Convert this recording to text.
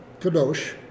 kadosh